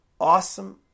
awesome